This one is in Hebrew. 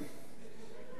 על דעת ועדת החוקה,